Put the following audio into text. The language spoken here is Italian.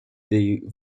dei